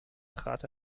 trat